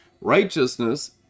Righteousness